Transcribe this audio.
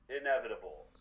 inevitable